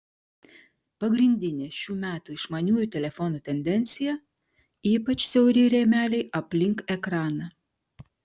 pagrindinė šių metų išmaniųjų telefonų tendencija ypač siauri rėmeliai aplink ekraną